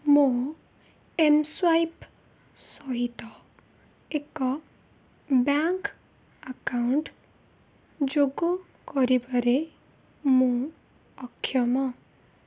ମୋ ଏମ୍ସ୍ୱାଇପ୍ ସହିତ ଏକ ବ୍ୟାଙ୍କ୍ ଆକାଉଣ୍ଟ୍ ଯୋଗ କରିବାରେ ମୁଁ ଅକ୍ଷମ